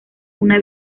una